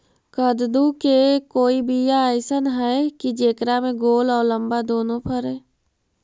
कददु के कोइ बियाह अइसन है कि जेकरा में गोल औ लमबा दोनो फरे?